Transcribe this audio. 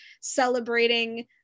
celebrating